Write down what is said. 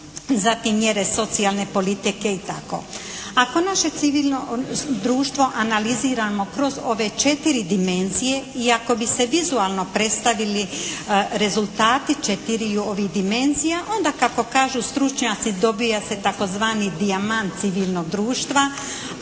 zatim mjere socijalne politike i tako. Ako naše civilno društvo analiziramo kroz ove četiri dimenzije i ako bi se vizualno predstavili rezultati četiriju ovih dimenzija onda kako kažu stručnjaci dobija se tzv. dijamant civilnog društva,